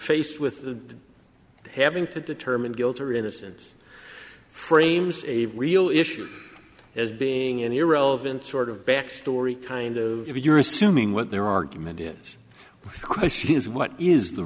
faced with having to determine guilt or innocence frames a real issue as being an irrelevant sort of back story kind of if you're assuming what their argument is with questions what is the